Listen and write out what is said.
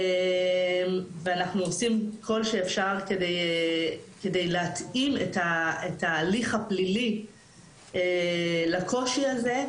ואנחנו עושים כל שאפשר כדי להתאים את ההליך הפלילי לקושי הזה,